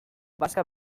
bazka